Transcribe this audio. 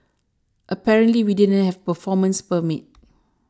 apparently we didn't have performance permits